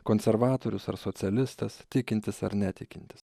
konservatorius ar socialistas tikintis ar netikintis